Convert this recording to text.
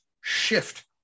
shift